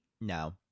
No